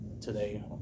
today